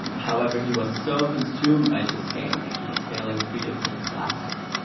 however, he was so consumed by this game that he was failing three of his classes.